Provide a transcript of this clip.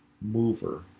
mover